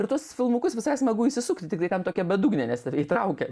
ir tuos filmukus visai smagu įsisukti tiktai ten tokia bedugnė nes įtraukia